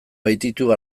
baititu